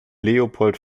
leopold